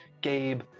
Gabe